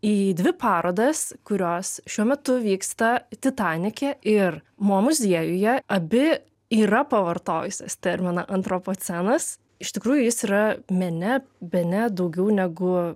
į dvi parodas kurios šiuo metu vyksta titanike ir mo muziejuje abi yra pavartojusios terminą antropocenas iš tikrųjų jis yra mene bene daugiau negu